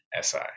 SI